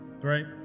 Right